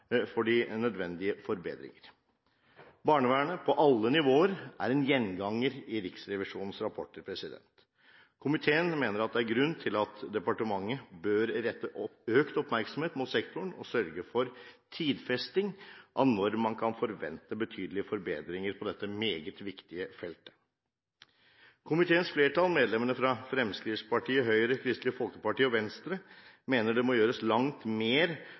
for de nødvendige forbedringer. Barnevernet – på alle nivåer – er en gjenganger i Riksrevisjonens rapporter. Komiteen mener det er all grunn til at departementet bør rette økt oppmerksomhet mot sektoren og sørge for tidfesting av når man kan forvente betydelige forbedringer på dette meget viktige feltet. Komiteens flertall – medlemmene fra Fremskrittspartiet, Høyre, Kristelig Folkeparti og Venstre – mener det må gjøres langt mer